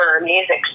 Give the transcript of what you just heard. music